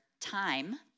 Time